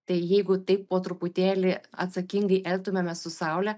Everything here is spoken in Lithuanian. tai jeigu taip po truputėlį atsakingai elgtumėmės su saule